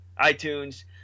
iTunes